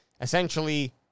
essentially –